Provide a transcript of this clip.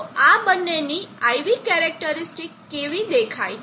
તો આ બંનેની IV કેરેકટરીસ્ટીક કેવી દેખાય છે